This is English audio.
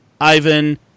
ivan